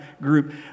group